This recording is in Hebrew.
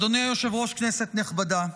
אדוני היושב-ראש, כנסת נכבדה,